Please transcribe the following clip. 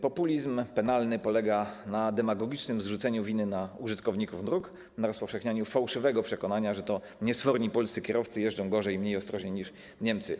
Populizm penalny polega na demagogicznym zrzuceniu winy na użytkowników dróg, na rozpowszechnianiu fałszywego przekonania, że to niesforni polscy kierowcy jeżdżą gorzej, mniej ostrożnie niż Niemcy.